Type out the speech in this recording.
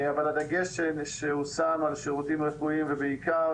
אבל הדגש שהושם על שירותים רפואיים ובעיקר